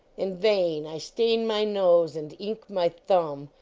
in vain i stain my nose and ink my thumb,